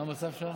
מה המצב שם?